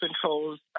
controls